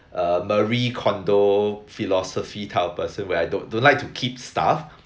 a Marie Kondo philosophy type of person where I don't don't like to keep stuff